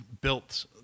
built